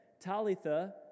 Talitha